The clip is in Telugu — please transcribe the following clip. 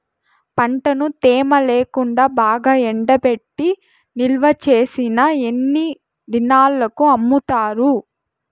పంటను తేమ లేకుండా బాగా ఎండబెట్టి నిల్వచేసిన ఎన్ని దినాలకు అమ్ముతారు?